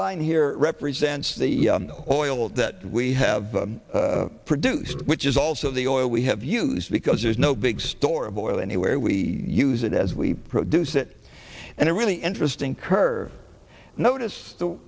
line here represents the oil that we have produced which is also the oil we have used because there's no big store of oil anywhere we use it as we produce it and a really interesting curve notice the